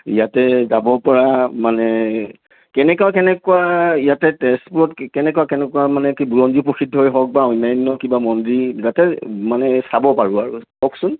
ইয়াতে যাব পৰা মানে কেনেকুৱা কেনেকুৱা ইয়াতে তেজপুৰত কেনেকুৱা কেনেকুৱা মানে কি বুৰঞ্জী প্ৰসিদ্ধ হওক বা অন্যান্য কিবা মন্দিৰ যাতে মানে চাব পাৰো আৰু কওকচোন